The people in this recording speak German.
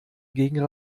gegen